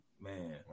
Man